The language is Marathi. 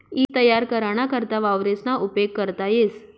ईज तयार कराना करता वावरेसना उपेग करता येस